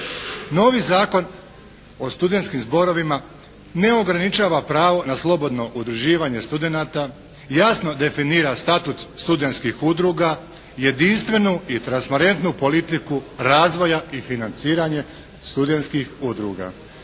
Novi Zakon o studentskim zborovima ne ograničava pravo na slobodno udruživanje studenata, jasno definira status studentskih udruga, jedinstvenu i transparentnu politiku razvoja i financiranja studentskih udruga.